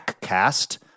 Cast